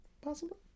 Possible